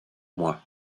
moi